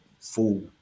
full